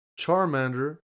Charmander